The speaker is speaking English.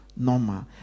normal